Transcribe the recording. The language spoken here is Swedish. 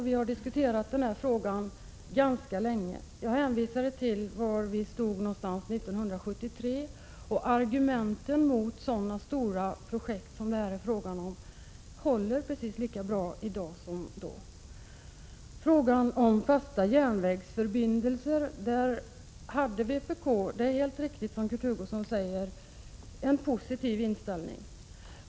Vi har diskuterat denna fråga ganska länge. Jag hänvisade till var vi stod 1973. Argumenten mot sådana stora projekt som det här är fråga om håller precis lika bra i dag som då. Vpk hade en positiv inställning till fasta järnvägsförbindelser, precis som Kurt Hugosson säger.